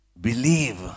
Believe